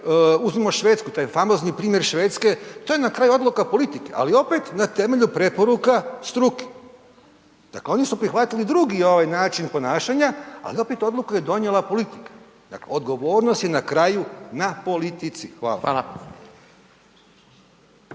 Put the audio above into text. uzmimo Švedsku, taj famozni primjer Švedske, to je na kraju odluka politike, ali opet na temelju preporuka struke. Dakle, oni su prihvatili drugi ovaj način ponašanja, ali opet odluku je donijela politika. Dakle, odgovornost je na kraju na politici. Hvala.